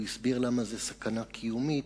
הוא הסביר למה זו סכנה קיומית,